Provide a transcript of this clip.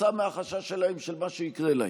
כתוצאה מהחשש שלהם של מה שיקרה להם.